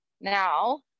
Now